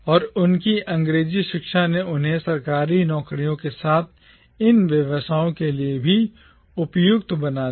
और उनकी अंग्रेजी शिक्षा ने उन्हें इन व्यवसायों के साथ साथ इन सरकारी नौकरियों को लेने के लिए उपयुक्त रूप से उपयुक्त बनाया